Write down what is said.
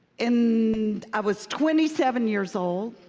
in i was twenty seven years old,